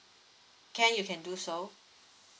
can you can do so